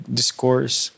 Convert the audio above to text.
discourse